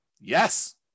Yes